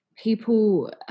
People